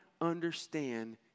understand